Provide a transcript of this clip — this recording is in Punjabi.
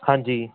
ਹਾਂਜੀ